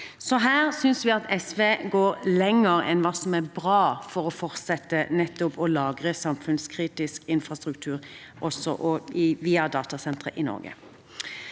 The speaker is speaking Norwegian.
Så her synes vi SV går lenger enn hva som er bra, med tanke på å fortsette å lagre samfunnskritisk infrastruktur via datasentre i Norge.